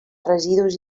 residus